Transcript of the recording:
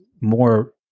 more